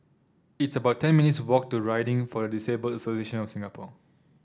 it's about ten minutes' walk to Riding for the Disabled Association of Singapore